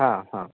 हां हां